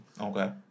Okay